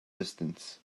distance